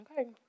okay